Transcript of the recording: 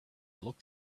looked